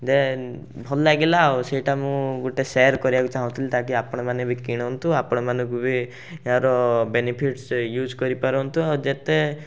ଦେନ୍ ଭଲ ଲାଗିଲା ଆଉ ସେଇଟା ମୁଁ ଗୋଟେ ସେୟାର୍ କରିବାକୁ ଚାଁହୁଥିଲି ତାକି ଆପଣମାନେ ବି କିଣନ୍ତୁ ଆପଣମାନଙ୍କୁ ବି ଏହାର ବେନିଫିଟସ୍ ୟୁଜ୍ କରିପାରନ୍ତୁ ଆଉ ଯେତେ